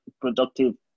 productive